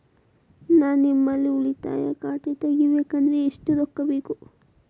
ನಾ ನಿಮ್ಮಲ್ಲಿ ಉಳಿತಾಯ ಖಾತೆ ತೆಗಿಬೇಕಂದ್ರ ಎಷ್ಟು ರೊಕ್ಕ ಬೇಕು?